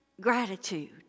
gratitude